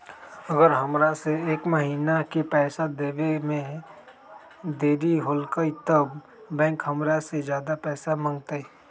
अगर हमरा से एक महीना के पैसा देवे में देरी होगलइ तब बैंक हमरा से ज्यादा पैसा मंगतइ?